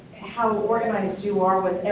how organized you are with